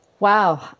Wow